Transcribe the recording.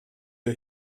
der